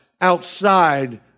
outside